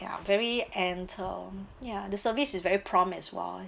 ya very and um ya the service is very prompt as well